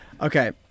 Okay